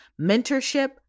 mentorship